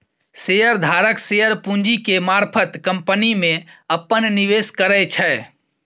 share धारक share पूंजी के मारफत कंपनी में अप्पन निवेश करै छै